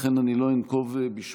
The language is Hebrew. לכן אני לא אנקוב בשמם,